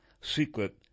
secret